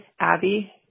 Abby